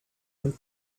when